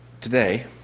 today